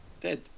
dead